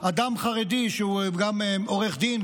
אדם חרדי שהוא גם עורך דין,